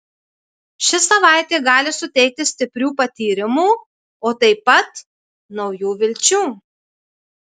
ši savaitė gali suteikti stiprių patyrimų o taip pat naujų vilčių